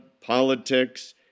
politics